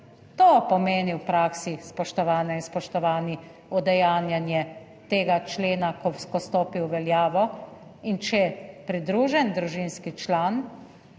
To pomeni v praksi, spoštovane in spoštovani, udejanjanje tega člena, ko stopi v veljavo. In če pridružen družinski član